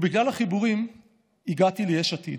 ובגלל החיבורים הגעתי ליש עתיד.